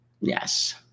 Yes